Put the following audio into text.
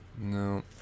No